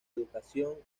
educación